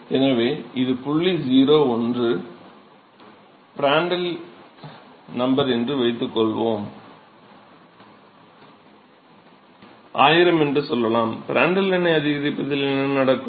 எனவே இது புள்ளி 0 ஒன்று pr என்று வைத்துக்கொள்வோம் ஆயிரம் என்று சொல்லலாம் பிராண்டல் எண்ணை அதிகரிப்பதில் என்ன நடக்கும்